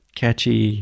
catchy